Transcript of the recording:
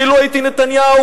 שאילו הייתי נתניהו,